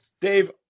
Dave